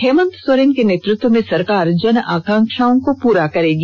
हेमंत सोरेन के नेतृत्व में सरकार जन आकांक्षाओं को पूरा करेगी